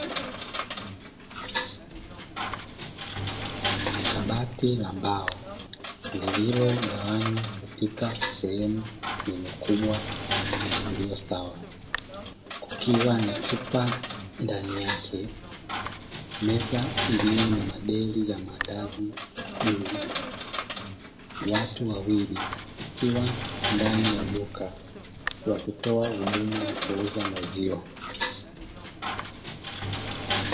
Kabati la mbao lililogawanywa katika sehemu zenye ukubwa uliosawa, kukiwa na chupa ndani yake. Meza iliyo na madeli ya maandazi juu, watu wawili wakiwa ndani ya duka wakitoa huduma ya kuuza maziwa.